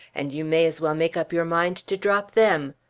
and you may as well make up your mind to drop them.